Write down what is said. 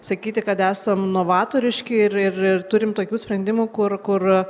sakyti kad esam novatoriški ir ir ir turim tokių sprendimų kur kur